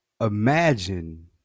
imagine